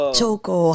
Choco